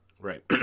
Right